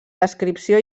descripció